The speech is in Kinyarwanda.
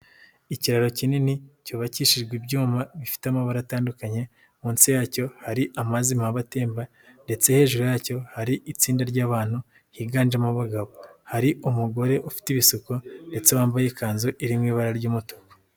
Ikiraro kinini cyubakishijwe ibyuma bifite amabara atandukanye, munsi yacyo hari amazi mabi atemba ndetse hejuru yacyo hari itsinda ry'abantu higanjemo abagabo, hari umugore ufite ibisuko ndetse wambaye ikanzu iri mu ibara ry'umutuku.